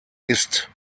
ist